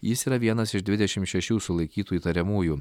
jis yra vienas iš dvidešimt šešių sulaikytų įtariamųjų